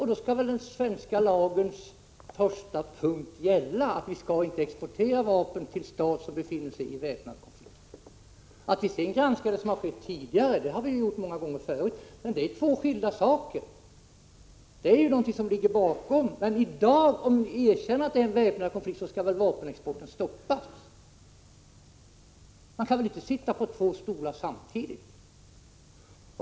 Då skall väl den svenska lagens första punkt gälla, nämligen att vi inte skall exportera vapen till stat som befinner sig i väpnad konflikt. Att vi sedan granskar det som redan harskett = Prot. 1986/87:29 det har vi ju gjort många gånger tidigare — är en helt annan sak. I dag gäller att 19 november 1986 det råder en väpnad konflikt, och om vi erkänner det skall väl vapenexporten. = md stoppas. Man kan inte sitta på två stolar samtidigt.